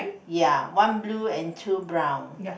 ya one blue and two brown